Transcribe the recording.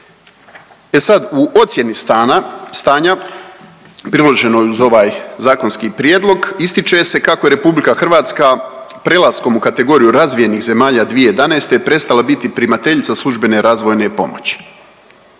E sad u ocjeni stana, stanja priloženo je uz ovaj zakonski prijedlog ističe se kako je RH prelaskom u kategoriju razvijenih zemalja 2011. prestala biti primateljica službene razvojne pomoći.